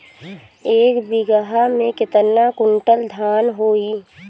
एक बीगहा में केतना कुंटल धान होई?